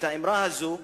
האמרה הזאת,